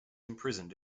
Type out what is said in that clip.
imprisoned